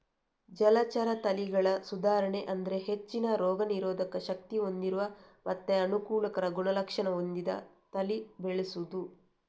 ಜಲಚರ ತಳಿಗಳ ಸುಧಾರಣೆ ಅಂದ್ರೆ ಹೆಚ್ಚಿನ ರೋಗ ನಿರೋಧಕ ಶಕ್ತಿ ಹೊಂದಿರುವ ಮತ್ತೆ ಅನುಕೂಲಕರ ಗುಣಲಕ್ಷಣ ಹೊಂದಿದ ತಳಿ ಬೆಳೆಸುದು